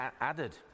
added